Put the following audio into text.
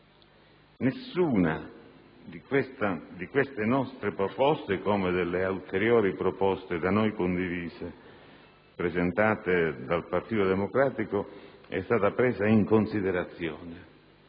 Nessuna di queste nostre proposte, come delle ulteriori proposte da noi condivise presentate dal Partito Democratico, è stata presa in considerazione.